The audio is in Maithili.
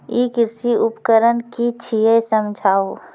ई कृषि उपकरण कि छियै समझाऊ?